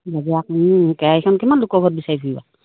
কেৰাহীখন কিমান লোকৰ ঘৰত বিচাৰি ফুৰিবা